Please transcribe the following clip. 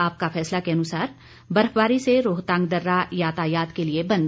आपका फैसला के अनुसार बर्फबारी से रोहतांग दर्रा यातायात के लिए बंद